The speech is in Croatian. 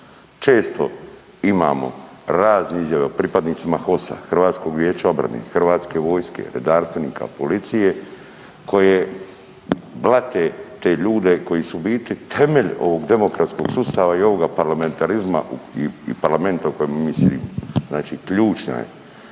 Često imamo razne izjave o pripadnicima HOS-a, Hrvatskog vijeća obrane, Hrvatske vojske, redarstvenika, policije koje blate te ljude koji su u biti temelj ovog demokratskog sustava i ovoga parlamentarizma i parlamenta u kojemu mi sjedimo.